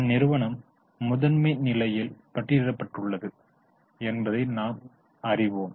அந்நிறுவன முதன்மை நிலையில் பட்டியலிடப்பட்டுள்ளது என்பதை நாம் அறிவோம்